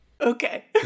Okay